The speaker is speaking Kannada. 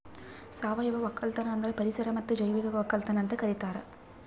ಸಾವಯವ ಒಕ್ಕಲತನ ಅಂದುರ್ ಪರಿಸರ ಮತ್ತ್ ಜೈವಿಕ ಒಕ್ಕಲತನ ಅಂತ್ ಕರಿತಾರ್